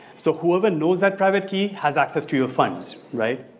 so whoever knows that private key has access to your funds right?